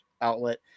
outlet